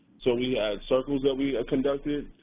so we had circles that we ah conducted.